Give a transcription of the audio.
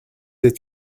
êtes